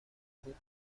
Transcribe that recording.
بود